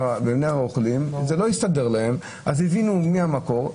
הרוכלים זה לא הסתדר להם אז הבינו מי המקור.